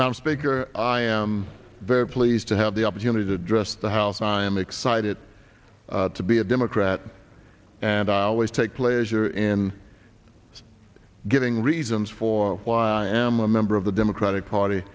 now speaker i am very pleased to have the opportunity to address the house i am excited to be a democrat and i always take place here in giving reasons for why i am a member of the democratic party